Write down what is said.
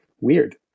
weird